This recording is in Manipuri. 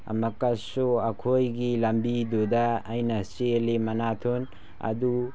ꯑꯃꯨꯛꯀꯁꯨ ꯑꯩꯈꯣꯏꯒꯤ ꯂꯝꯕꯤꯗꯨꯗ ꯑꯩꯅ ꯆꯦꯜꯂꯤ ꯃꯔꯥꯊꯣꯟ ꯑꯗꯨ